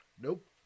Nope